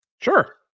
Sure